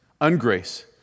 Ungrace